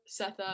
Setha